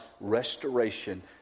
restoration